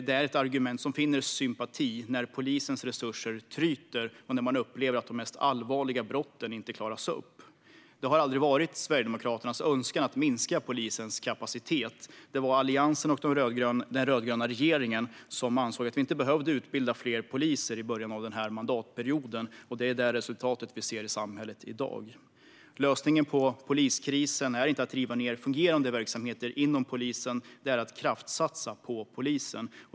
Det är ett argument som finner sympati när polisens resurser tryter och man upplever att de mest allvarliga brotten inte klaras upp. Det har aldrig varit Sverigedemokraternas önskan att minska polisens kapacitet. Det var Alliansen och den rödgröna regeringen som ansåg att vi inte behövde utbilda fler poliser i början av den här mandatperioden. Resultatet ser vi i samhället i dag. Lösningen på poliskrisen är inte att riva ned fungerande verksamheter inom polisen, utan det är att kraftsatsa på polisen.